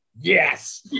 yes